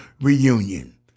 Reunion